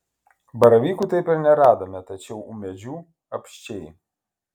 baravykų taip ir neradome tačiau ūmėdžių apsčiai